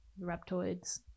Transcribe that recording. Reptoids